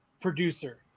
producer